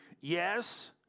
Yes